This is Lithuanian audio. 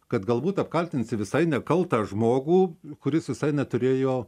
kad galbūt apkaltinsi visai nekaltą žmogų kuris visai neturėjo